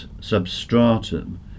substratum